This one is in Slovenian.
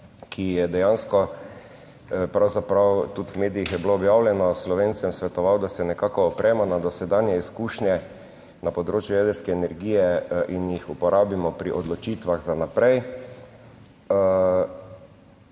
ki je dejansko, pravzaprav tudi v medijih je bilo objavljeno, Slovencem svetoval, da se nekako opremo na dosedanje izkušnje na področju jedrske energije in jih uporabimo pri odločitvah za naprej,